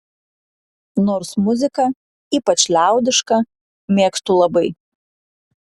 nors muziką ypač liaudišką mėgstu labai